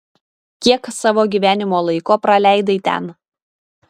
kiek savo gyvenimo laiko praleidai ten